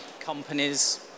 companies